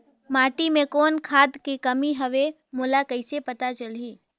माटी मे कौन खाद के कमी हवे मोला कइसे पता चलही?